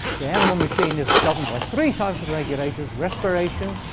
the animal machine is governed by three times the regulator's respiration,